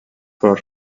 far